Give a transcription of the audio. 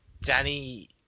Danny